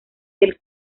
del